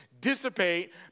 dissipate